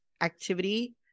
activity